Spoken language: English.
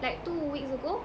like two weeks ago